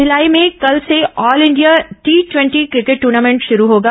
भिलाई में कल से all India T twenty cricket tournament शुरू होगा